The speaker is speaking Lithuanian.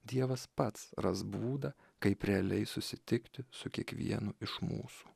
dievas pats ras būdą kaip realiai susitikti su kiekvienu iš mūsų